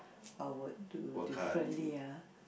I would do differently ah